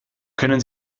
können